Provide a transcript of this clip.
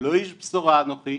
לא איש בשורה אנוכי.